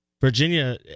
virginia